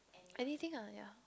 anything ah ya